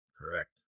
correct